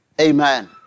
Amen